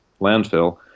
landfill